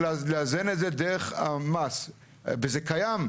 הם היו באים אליי ואומרים לי שאולי הדירה עולה להם 7,000 שקלים,